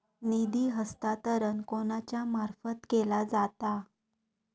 निधी हस्तांतरण कोणाच्या मार्फत केला जाता?